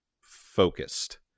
focused